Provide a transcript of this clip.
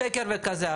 שקר וכזב.